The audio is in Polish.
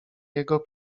jego